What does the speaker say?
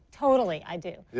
totally i do.